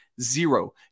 zero